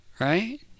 Right